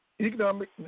Economic